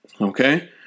Okay